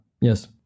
yes